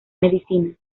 medicina